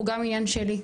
הוא גם עניין שלי.